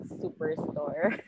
superstore